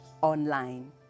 Online